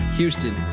Houston